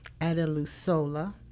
Adelusola